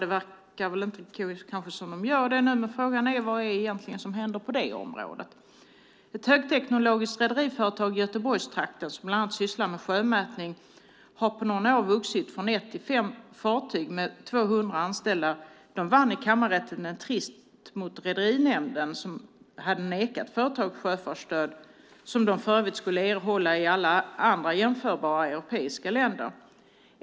De kanske inte gör det nu. Men frågan är vad som egentligen händer på det området. Ett högteknologiskt rederiföretag i Göteborgstrakten som bland annat sysslar med sjömärkning har på några år vuxit från ett till fem fartyg med 200 anställda. De vann en tvist i kammarrätten mot Rederinämnden, som hade nekat företaget sjöfartsstöd som de för övrigt skulle erhålla i alla andra jämförbara europeiska länder.